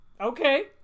okay